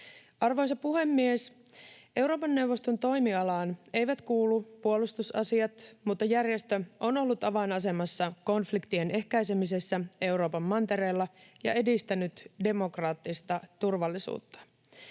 Arvoisa puhemies! Euroopan neuvoston toimialaan eivät kuulu puolustusasiat, mutta järjestö on ollut avainasemassa konfliktien ehkäisemisessä Euroopan mantereella ja edistänyt demokraattista turvallisuutta.